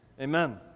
Amen